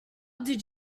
did